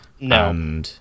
no